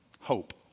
Hope